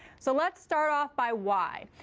so let's start off by why?